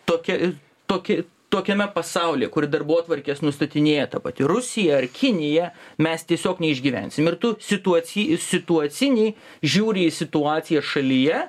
tokia tokia tokiame pasaulyje kur darbotvarkes nustatinėja ta pati rusija ar kinija mes tiesiog neišgyvensim ir tų situaci situacinį žiūri į situaciją šalyje